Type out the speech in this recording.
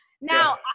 Now